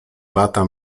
lata